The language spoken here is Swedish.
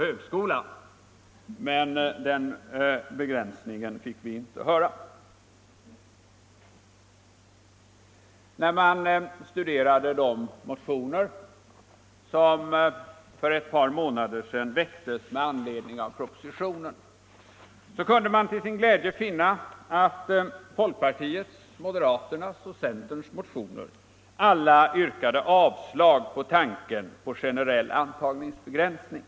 Men den begränsningen fick vi inte höra. När man studerade de motioner som väcktes för ett par månader sedan med anledning av propositionen, så kunde man till sin glädje finna att alla motioner från folkpartiet, moderaterna och centern yrkade avslag på tanken på generell antagningsbegränsning.